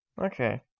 Okay